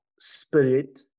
Spirit